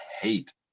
hate